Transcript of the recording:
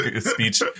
speech